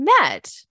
met